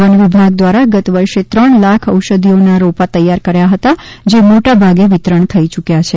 one વિભાગ દ્વારા ગત વર્ષે ત્રણ લાખ ઔષધિઓના રોપા તૈયાર કર્યા હતા જે મોટા ભાગે વિતરણ થઈ યુક્વ્યં છે